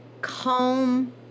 calm